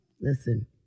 listen